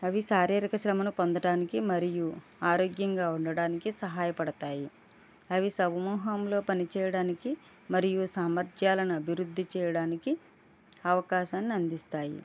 అవి శారీరక శ్రమను పొందడానికి మరియు ఆరోగ్యంగా ఉండటానికి సహాయపడతాయి అవి సమూహంలో పని చేయడానికి మరియు సామర్థ్యాలను అభివృద్ధి చేయడానికి అవకాశాన్ని అందిస్తాయి